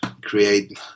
create